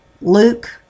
Luke